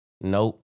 Nope